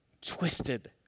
twisted